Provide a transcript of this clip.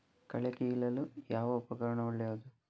ಕಳೆ ಕೀಳಲು ಯಾವ ಉಪಕರಣ ಒಳ್ಳೆಯದು?